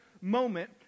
moment